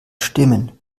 stimmen